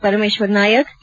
Parameshwara Nayak K